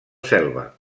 selva